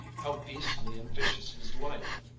how beastly and vicious his life!